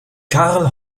karl